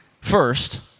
first